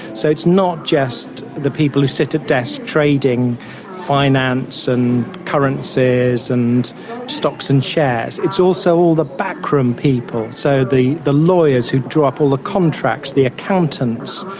so it's not just the people who sit at desks trading finance and currencies and stocks and shares, it's also all the back room people, so the the lawyers, who draw up all the contracts, the accountants,